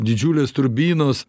didžiulės turbinos